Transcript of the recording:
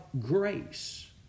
grace